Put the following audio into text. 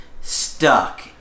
stuck